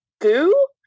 Goo